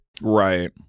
right